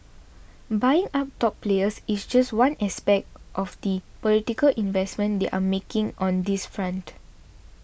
buying up top players is just one aspect of the political investments they are making on this front